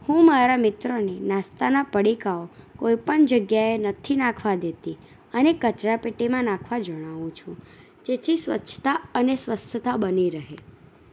હું મારા મિત્રોને નાસ્તાના પડીકાઓ કોઈપણ જગ્યાએ નથી નાખવા દેતી અને કચરાપેટીમાં નાખવા જણાવું છું જેથી સ્વચ્છતા અને સ્વસ્થતા બની રહે